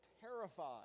terrified